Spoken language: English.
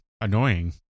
annoying